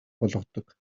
болгодог